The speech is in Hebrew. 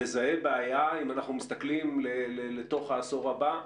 מזהה בעיה אם אנחנו מסתכלים לתוך העשור הבא,